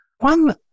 One